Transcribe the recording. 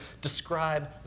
describe